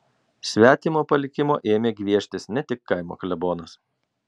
svetimo palikimo ėmė gvieštis ne tik kaimo klebonas